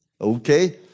Okay